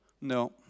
No